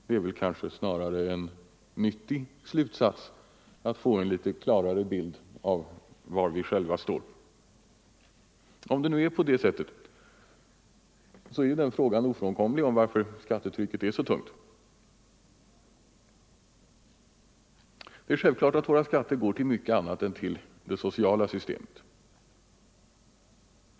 Det är kanske snarare en nyttig slutsats att få en litet klarare bild av var vi själva står. Om det nu är på det sättet är det ofrånkomligt att ställa frågan varför skattetrycket är så hårt. Det är självklart att våra skatter går till mycket annat än till det sociala systemet.